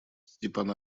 степан